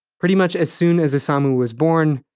pretty much as soon as isamu was born,